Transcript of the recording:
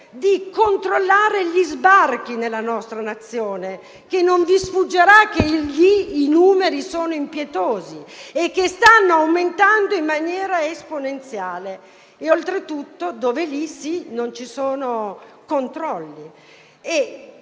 di controllare gli sbarchi nella nostra Nazione. Non vi sfuggirà che i numeri sono impietosi e stanno aumentando in maniera esponenziale. Oltretutto lì non ci sono controlli